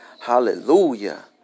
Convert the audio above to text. Hallelujah